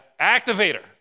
activator